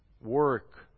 work